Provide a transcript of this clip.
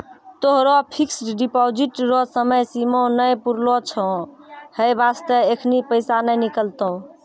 तोहरो fixed deposit रो समय सीमा नै पुरलो छौं है बास्ते एखनी पैसा नै निकलतौं